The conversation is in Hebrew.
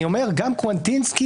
אני אומר שגם קוונטינסקי,